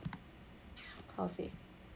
how to say